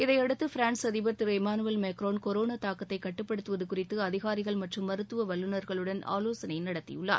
இதை அடுத்து ப்ரான்ஸ் அழிபர் திரு இமானுவேல் மேக்ரோன் கொரோனா தாக்கத்தை கட்டுப்படுத்துவது குறித்து அதிகாரிகள் மற்றும் மருத்துவ வல்லுநர்களுடன் ஆலோசனை நடத்தியுள்ளார்